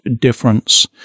difference